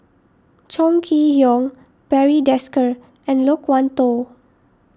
Chong Kee Hiong Barry Desker and Loke Wan Tho